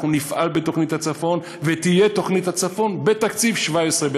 אנחנו נפעל בתוכנית הצפון ותהיה תוכנית הצפון בתקציב 17',